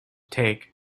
take